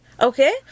Okay